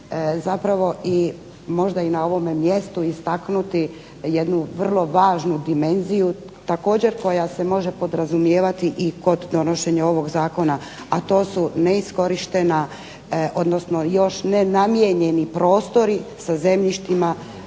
zapravo i možda i na ovome mjestu istaknuti jednu vrlo važnu dimenziju, također koja se može podrazumijevati i kod donošenja ovog zakona, a to su neiskorištena, odnosno još nenamijenjeni prostori sa zemljištima